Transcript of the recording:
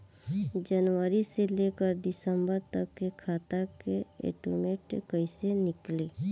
जनवरी से लेकर दिसंबर तक के खाता के स्टेटमेंट कइसे निकलि?